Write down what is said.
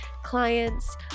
clients